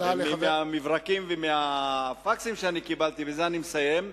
מהמברקים ומהפקסים שאני קיבלתי, ובזה אני מסיים,